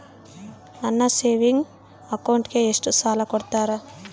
ನನ್ನ ಸೇವಿಂಗ್ ಅಕೌಂಟಿಗೆ ಎಷ್ಟು ಸಾಲ ಕೊಡ್ತಾರ?